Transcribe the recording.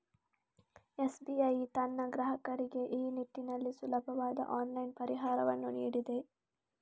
SBI ತನ್ನ ಗ್ರಾಹಕರಿಗೆ ಈ ನಿಟ್ಟಿನಲ್ಲಿ ಸುಲಭವಾದ ಆನ್ಲೈನ್ ಪರಿಹಾರವನ್ನು ನೀಡಿದೆ